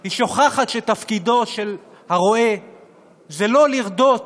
היא שוכחת שתפקידו של הרועה הוא לא לרדות